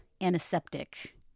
antiseptic